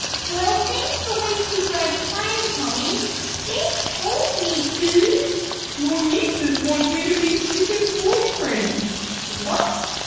well thanks for wasting my time, tommy they told me to your nieces want me to be skipper's boyfriend what!